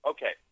Okay